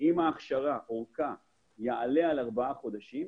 של ההכשרה יעלה על 4 חודשים,